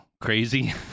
crazy